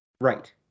Right